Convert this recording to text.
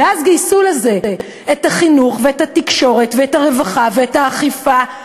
ואז גייסו לזה את החינוך ואת התקשורת ואת הרווחה ואת האכיפה,